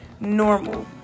normal